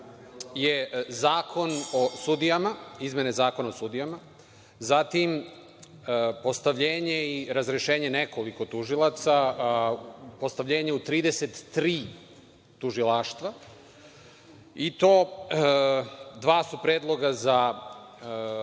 je Zakon o sudijama, izmene Zakona o sudijama, zatim, postavljenje i razrešenje nekoliko tužilaca, postavljenje u 33 tužilaštva. Dva su predloga za